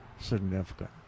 significant